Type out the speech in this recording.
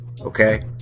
Okay